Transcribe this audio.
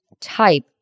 type